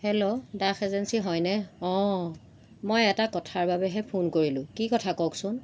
hello Das agency হয়নে অঁ মই এটা কথাৰ বাবেহে ফোন কৰিলোঁ কি কথা কওকচোন